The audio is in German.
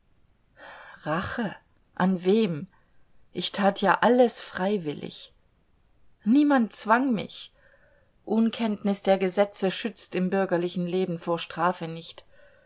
rache an wem ich tat ja alles freiwillig niemand zwang mich unkenntnis der gesetze schützt im bürgerlichen leben vor strafe nicht